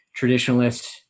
traditionalist